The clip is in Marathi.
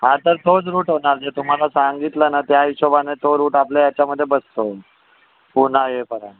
हा तर तोच रूट होणार जे तुम्हाला सांगितलं ना त्या हिशोबाने तो रूट आपल्या याच्यामध्ये बसतो पुन्हा येईपर्यंत